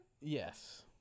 Yes